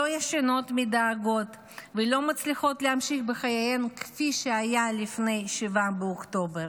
לא ישנות מדאגות ולא מצליחות להמשיך בחייהן כפי שהיו לפני 7 באוקטובר.